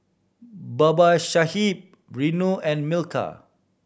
Babasaheb Renu and Milkha